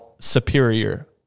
superior